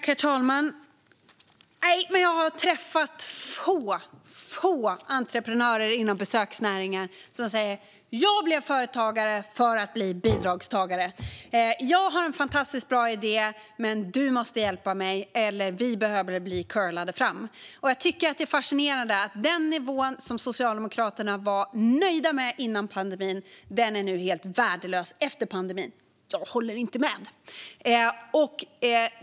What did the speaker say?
Herr talman! Jag har träffat ytterst få entreprenörer inom besöksnäringen som säger att de blev företagare för att bli bidragstagare, eller att de har fantastiskt bra idéer men behöver hjälp av mig och vill bli curlade. Jag tycker att det är fascinerande att den nivå som Socialdemokraterna var nöjda med innan pandemin nu anses helt värdelös. Jag håller inte med.